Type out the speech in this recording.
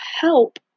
help